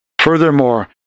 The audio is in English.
Furthermore